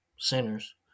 Sinners